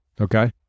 Okay